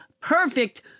perfect